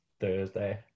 Thursday